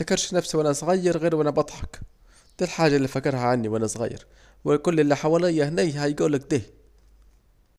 مفتكرش نفسي وانا صغير غير وانا بضحك، دي الحاجة الي فاكرها عني وانا صغير، وكل الي حواليا اهنيه هيجوله اكده